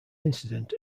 incident